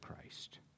Christ